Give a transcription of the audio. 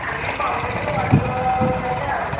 ଆମେ କମାଇବୁ ଅଳ୍ପ ପଇସା ଆଉ